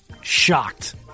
shocked